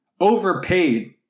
overpaid